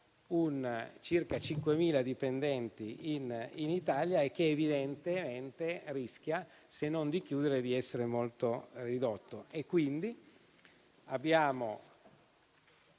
circa 5.000 dipendenti in Italia e che evidentemente rischia, se non di chiudere, di essere molto ridotto. Abbiamo